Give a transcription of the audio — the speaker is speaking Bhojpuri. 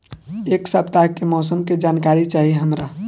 एक सपताह के मौसम के जनाकरी चाही हमरा